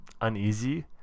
uneasy